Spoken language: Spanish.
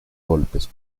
golpes